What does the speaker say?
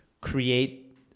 create